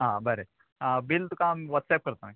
आं बरें आं बील तुका हांव वॉट्सॅप करता मागीर